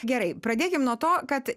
gerai pradėkim nuo to kad